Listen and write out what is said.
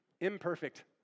imperfect